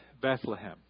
Bethlehem